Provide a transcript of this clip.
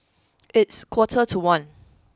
its quarter to one